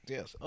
Yes